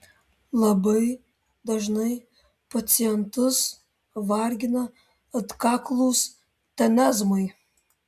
labai dažnai pacientus vargina atkaklūs tenezmai